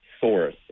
source